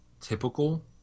typical